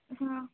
हां